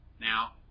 Now